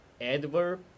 adverb